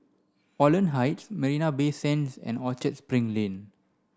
Holland Heights Marina Bay Sands and Orchard Spring Lane